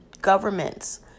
governments